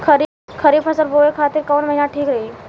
खरिफ फसल बोए खातिर कवन महीना ठीक रही?